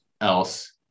else